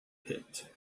pit